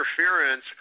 interference